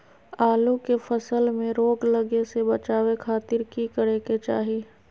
आलू के फसल में रोग लगे से बचावे खातिर की करे के चाही?